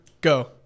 go